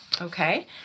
Okay